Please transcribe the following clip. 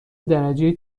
درجه